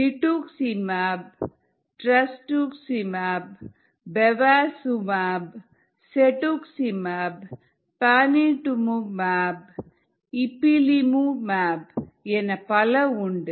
rituximab trastuzumab bevacizumab cetuximab panitumumab ipilimumab Rituximab Trastuzumab Bevacizumab Cetuximab Panitumumab Ipilimumab என பல உண்டு